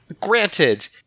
Granted